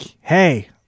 hey